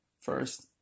first